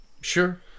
sure